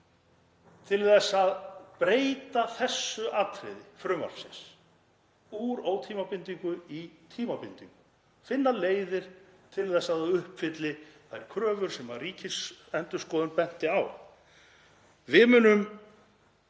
til að breyta þessu atriði frumvarpsins úr ótímabindingu í tímabindingu, finna leiðir til að það uppfylli þær kröfur sem Ríkisendurskoðun benti á.